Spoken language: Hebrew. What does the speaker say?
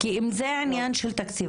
כי אם זה עניין של תקציב,